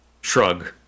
shrug